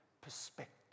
perspective